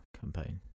campaign